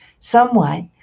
Somewhat